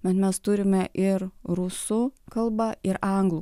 bet mes turime ir rusų kalba ir anglų